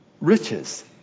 riches